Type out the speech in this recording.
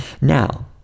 Now